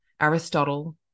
Aristotle